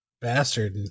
Bastard